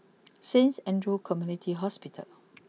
Saint Andrew's Community Hospital